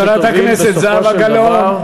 שתוביל בסופו של דבר,